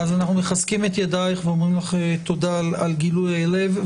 אנחנו מחזקים את ידייך ואומרים לך תודה על גילוי הלב.